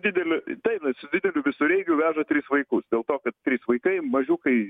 dideliu taip su dideliu visureigiu veža tris vaikus dėl to kad trys vaikai mažiukai